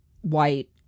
white